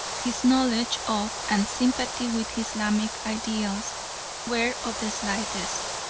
his knowledge of and sympathy with islamic ideals were of the slightest.